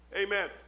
Amen